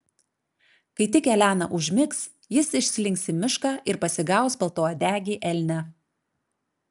kai tik elena užmigs jis išslinks į mišką ir pasigaus baltauodegį elnią